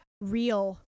real